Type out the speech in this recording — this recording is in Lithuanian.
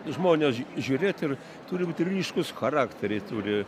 žmonės žiūrėt ir turi būt ryškūs charakteriai turi